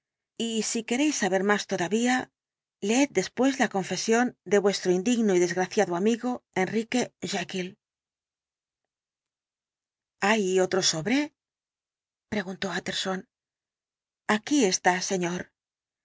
y si queréis saber más todavía leed después la confesión de vuestro indigno y desgraciado amigo enrique jekyll hay otro sobre preguntó utterson aquí está señor